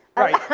Right